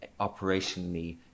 operationally